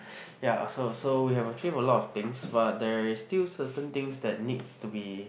yeah so so we have achieved a lot of things but there is still certain things that needs to be